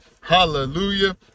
Hallelujah